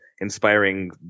inspiring